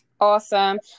Awesome